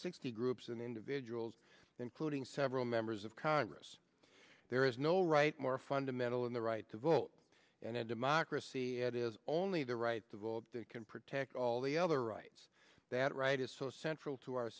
sixty groups and individuals including several members of congress there is no right more fundamental in the right to vote and a democracy it is only the rights of all can protect all the other rights that right is so central to our